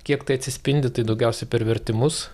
kiek tai atsispindi tai daugiausia per vertimus